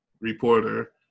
reporter